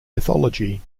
mythology